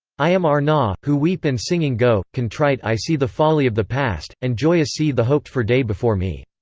i am arnaut, who weep and singing go contrite i see the folly of the past, and joyous see the hoped-for day before me.